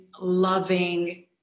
loving